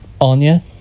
Anya